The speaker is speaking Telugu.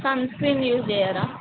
సన్ స్క్రీన్ యూజ్ చెయ్యరా